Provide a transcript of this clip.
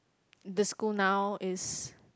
the school now is